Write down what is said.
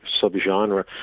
subgenre